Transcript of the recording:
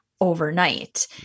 overnight